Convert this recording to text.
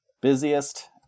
Busiest